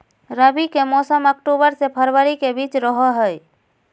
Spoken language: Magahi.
रबी के मौसम अक्टूबर से फरवरी के बीच रहो हइ